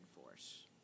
force